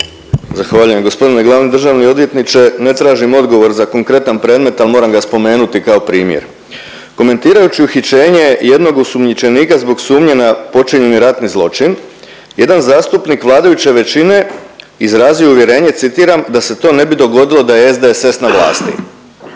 Zahvaljujem. Gospodine glavni državni odvjetniče ne tražim odgovor za konkretan predmet, ali moram ga spomenuti kao primjer. Komentirajući uhićenje jednog osumnjičenika zbog sumnje na počinjeni ratni zločin jedan zastupnik vladajuće većine izrazio je uvjerenje citiram da se to ne bi dogodilo da je SDSS na vlasti.